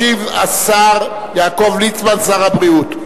ישיב השר יעקב ליצמן, שר הבריאות.